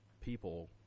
people